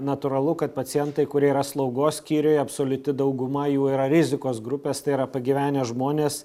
natūralu kad pacientai kurie yra slaugos skyriuje absoliuti dauguma jų yra rizikos grupės tai yra pagyvenę žmonės